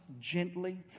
gently